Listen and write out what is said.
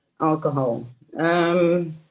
alcohol